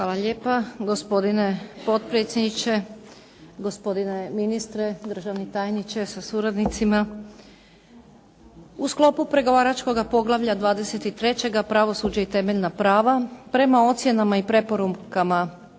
Hvala lijepo. Gospodine potpredsjedniče, gospodine ministre, državni tajniče sa suradnicima. U sklopu pregovaračkoga poglavlja 23. - Pravosuđe i temeljna prava, prema ocjenama i preporukama